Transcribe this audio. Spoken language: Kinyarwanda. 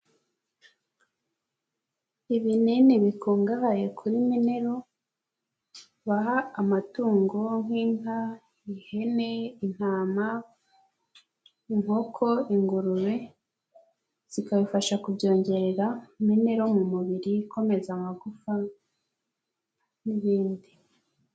Ibinini bikungahaye kuri minero baha amatungo nk'inka, ihene, intamama, inkoko, ingurube, zikabifasha kubyongerera minero mu mubiri ikomeza amagufa n'ibindi.